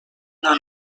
una